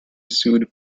sued